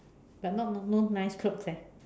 but not no nice clothes eh